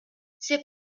c’est